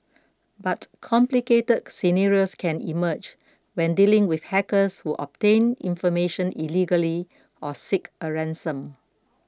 but complicated scenarios can emerge when dealing with hackers who obtain information illegally or seek a ransom